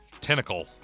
tentacle